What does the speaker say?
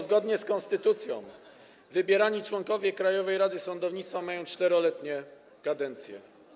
Zgodnie z konstytucją wybierani członkowie Krajowej Rady Sądownictwa mają 4-letnie kadencje.